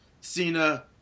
Cena